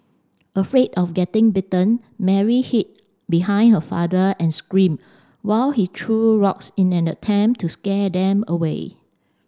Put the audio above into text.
afraid of getting bitten Mary hid behind her father and screamed while he threw rocks in an attempt to scare them away